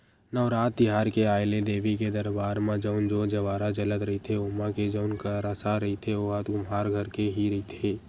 नवरात तिहार के आय ले देवी के दरबार म जउन जोंत जंवारा जलत रहिथे ओमा के जउन करसा रहिथे ओहा कुम्हार घर के ही रहिथे